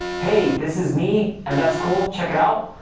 hey, this is me and that's cool, check it out.